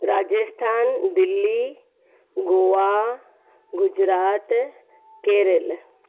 Rajasthan Delhi Goa Gujarat Kerala